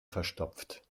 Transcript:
verstopft